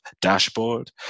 dashboard